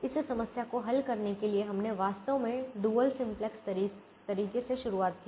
इस समस्या को हल करने के लिए हमने वास्तव में डुअल सिंपलेक्स तरीके से शुरुआत की